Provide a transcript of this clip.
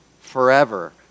forever